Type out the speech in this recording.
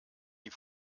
die